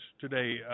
today